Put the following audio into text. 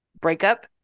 breakup